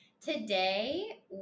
Today